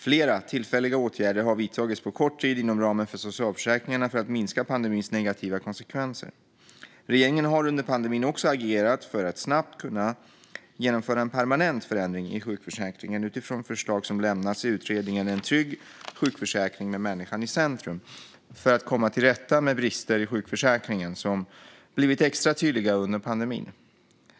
Flera tillfälliga åtgärder har vidtagits på kort tid inom ramen för socialförsäkringarna för att minska pandemins negativa konsekvenser. Regeringen har under pandemin också agerat för att snabbt kunna genomföra en permanent förändring i sjukförsäkringen utifrån förslag som lämnats i utredningen En trygg sjukförsäkring med människan i centrum , för att komma till rätta med brister i sjukförsäkringen, som blivit extra tydliga under pandemin.